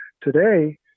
today